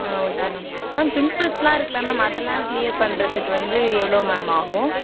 ம் okay ma'am ma'am பிம்ப்பிள்ஸெலாம் இருக்குதுல்ல மேம் அதெல்லாம் க்ளீயர் பண்ணுறத்துக்கு வந்து எவ்வளோ மேம் ஆகும்